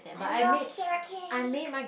I love carrot cake